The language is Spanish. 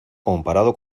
comparado